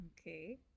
Okay